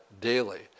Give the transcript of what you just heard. daily